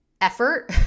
effort